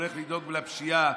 שהולך לדאוג לפשיעה.